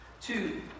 Two